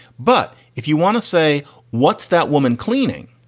but if you want to say what's that woman cleaning?